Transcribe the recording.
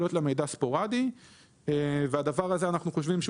יכול להיות לה מידע ספורדי ואנחנו חושבים שהדבר הזה אינו נחוץ,